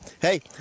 hey